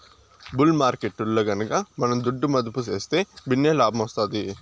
bull మార్కెట్టులో గనక మనం దుడ్డు మదుపు సేస్తే భిన్నే లాబ్మొస్తాది